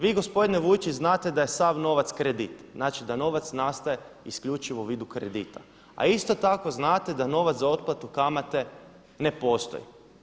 Vi gospodine Vujčić znate da je sav novac kredit, znači da novac nastaje isključivo u vidu kredita a isto tako znate da novac za otplatu kamate ne postoji.